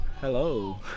hello